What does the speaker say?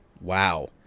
wow